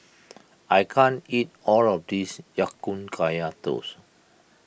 I can't eat all of this Ya Kun Kaya Toast